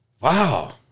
Wow